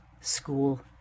school